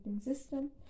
system